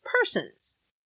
persons